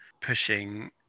pushing